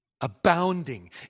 Abounding